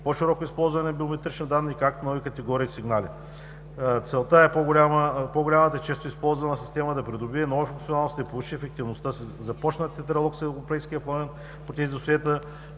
по-широко използване на биометрични данни, както и нови категории сигнали. Целта е по-голямата и често използвана система да придобие нови функционалности и да повиши ефективността си. Започнат е диалог с Европейския парламент по тези досиета,